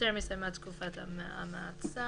וטרם הסתיימה תקופת המעצר,